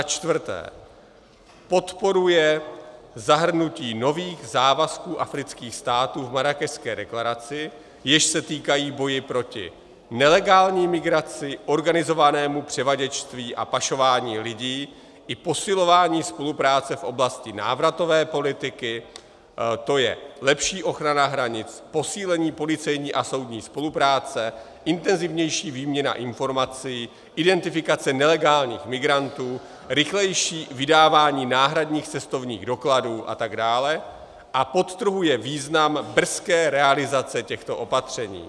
4. podporuje zahrnutí nových závazků afrických států v Marrákešské deklaraci, jež se týkají boje proti nelegální migraci, organizovanému převaděčství a pašování lidí i posilování spolupráce v oblasti návratové politiky, tj. lepší ochrana hranic, posílení policejní a soudní spolupráce, intenzivnější výměna informací, identifikace nelegálních migrantů, rychlejší vydávání náhradních cestovních dokladů atd., a podtrhuje význam brzké realizace těchto opatření;